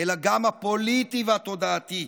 אלא גם הפוליטי והתודעתי.